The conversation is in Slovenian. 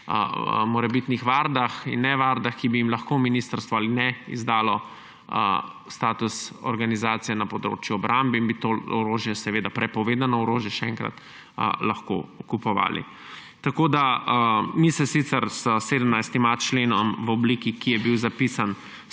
morebitnih vardah in ne-vardah, ki bi jim lahko ministrstvo ali ne izdalo status organizacije na področju obrambe in bi to orožje − prepovedano orožje − lahko kupovali. Mi se sicer s 17.a členom v obliki, ki je bil zapisan,